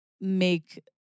make